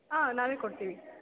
ಹಾಂ ನಾವೇ ಕೊಡ್ತೀವಿ